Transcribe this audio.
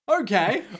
Okay